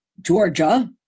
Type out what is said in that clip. Georgia